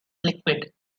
liquid